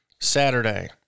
Saturday